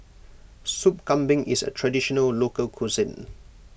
Sop Kambing is a Traditional Local Cuisine